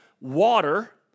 water